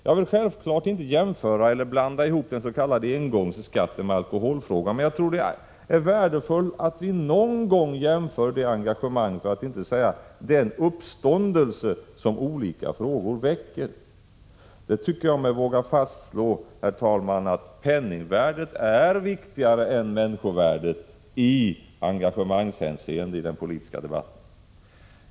Jag vill självfallet inte jämföra eller blanda ihop den s.k. engångsskatten med alkoholfrågan, men jag tror att det är värdefullt att vi någon gång jämför det engagemang, för att inte säga den uppståndelse, som olika frågor väcker. Det tycker jag mig våga fastslå, herr talman, att penningvärdet är viktigare än människovärdet i engagemangshänseende i den politiska debatten.